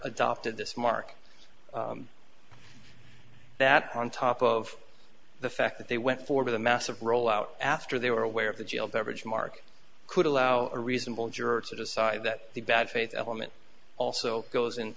adopted this mark that on top of the fact that they went for the massive roll out after they were aware of the jailed beverage mark could allow a reasonable juror to decide that the bad faith element also goes in